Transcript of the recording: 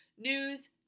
news